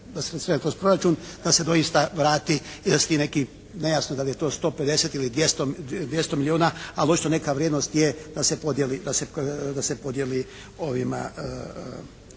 da se doista vrati i da se ti neki, nejasno da li je to 150 ili 200 milijuna. Ali očito neka vrijednost je da se podijeli